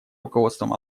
руководством